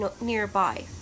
nearby